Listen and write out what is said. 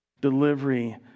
delivery